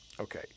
okay